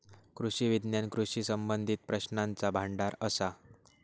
कृषी विज्ञान कृषी संबंधीत प्रश्नांचा भांडार असा